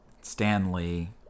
Stanley